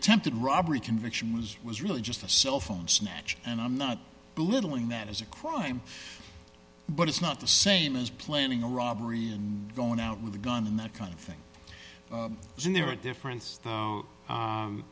attempted robbery conviction was was really just a cell phone snatch and i'm not belittling that as a crime but it's not the same as planning a robbery and going out with a gun and that kind of thing isn't there a difference